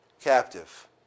captive